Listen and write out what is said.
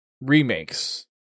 remakes